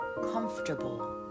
comfortable